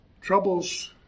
Troubles